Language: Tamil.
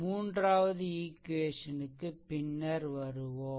மூன்றாவது ஈக்வேசன் க்கு பின்னர் வருவோம்